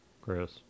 Chris